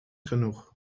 genoeg